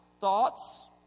thoughts